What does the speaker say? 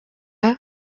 akira